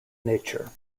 nature